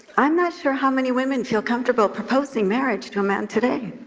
i'm not sure how many women feel comfortable proposing marriage to a man today.